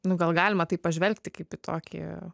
nu gal galima taip pažvelgti kaip į tokį